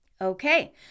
Okay